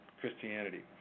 Christianity